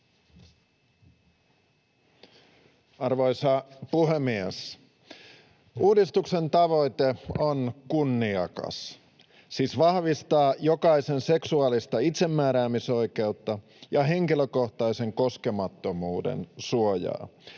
Arvoisa puhemies! Uudistuksen tavoite on kunniakas: siis vahvistaa jokaisen seksuaalista itsemääräämisoikeutta ja henkilökohtaisen koskemattomuuden suojaa